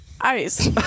Ice